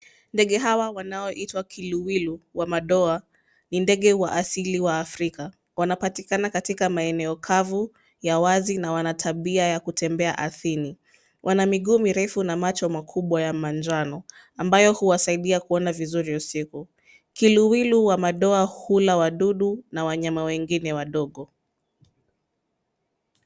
Ndege hawa wanaoitwa kiluwiluwi wa madoa ni ndege wa asili wa Afrika. Wanaonekana katika maeneo makavu, ya wazi, na wana tabia ya kutembea ardhini. Wana miguu mirefu na macho makubwa ya manjano, ambayo huwasaidia kuona vizuri usiku. Kiluwilwi wa madoa hula wadudu na wanyama wengine wadogo.